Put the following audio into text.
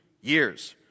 years